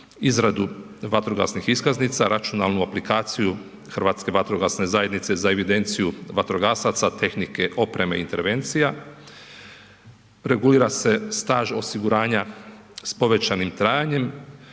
izradu vatrogasnih iskaznica, računalnu aplikaciju Hrvatske vatrogasne zajednice za evidenciju vatrogasaca, tehnike, opreme, intervencija, regulira se staž osiguranja s povećanim trajanjem,